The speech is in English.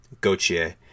Gauthier